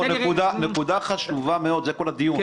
נקודה חשובה מאוד, זה כל הדיון.